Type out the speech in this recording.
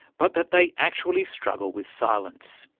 but that they actually struggle with silence.